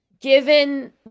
Given